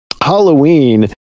Halloween